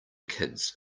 kids